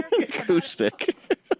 acoustic